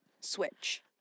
Switch